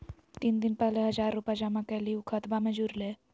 तीन दिन पहले हजार रूपा जमा कैलिये, ऊ खतबा में जुरले?